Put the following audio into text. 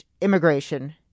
immigration